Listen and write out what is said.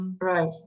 Right